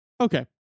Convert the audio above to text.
okay